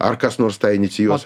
ar kas nors tą inicijuos